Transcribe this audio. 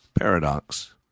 paradox